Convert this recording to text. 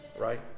right